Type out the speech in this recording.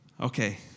Okay